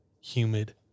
Humid